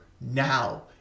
now